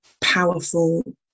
powerful